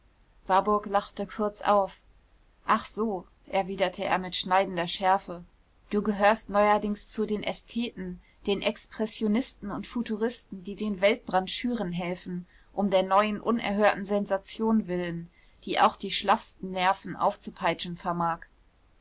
warburg lachte kurz auf ach so erwiderte er mit schneidender schärfe du gehörst neuerdings zu den ästheten den expressionisten und futuristen die den weltbrand schüren helfen um der neuen unerhörten sensation willen die auch die schlaffsten nerven aufzupeitschen vermag